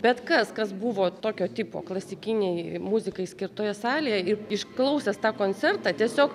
bet kas kas buvo tokio tipo klasikinei muzikai skirtoje salėje ir išklausęs tą koncertą tiesiog